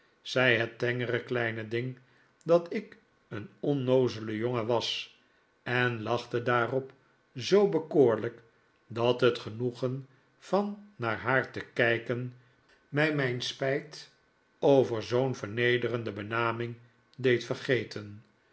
zei het tengere kleine ding dat ik een onnoozele jongen was en lachte daarop zoo bekoorlijk dat het genoegen van naar haar te kijken mij mijn spijt over zoo'n vernederende benaming deed vergeten